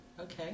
Okay